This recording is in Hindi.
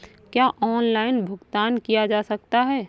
क्या ऑनलाइन भुगतान किया जा सकता है?